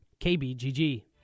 KBGG